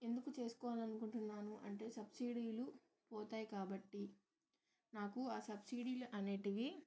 ఎందుకు చేసుకోవాలని అనుకుంటున్నాను అంటే సబ్సిడీలు పోతాయి కాబట్టి నాకు ఆ సబ్సిడీలు అనేటివి